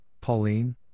Pauline